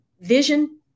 vision